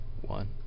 One